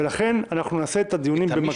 ולכן נעשה את הדיונים במקביל.